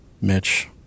Mitch